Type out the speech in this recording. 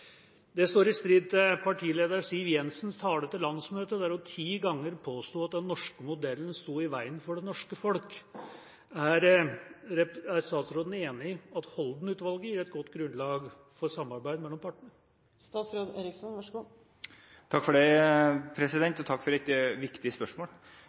det vært det bestandig. Dette står i strid med partilederen Siv Jensens tale til landsmøtet der hun ti ganger påsto at den norske modellen står veien for det norske folk. Er statsråden enig i at Holden-utvalget gir et godt grunnlag for samarbeid mellom partene?